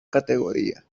categoría